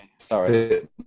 sorry